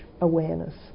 awareness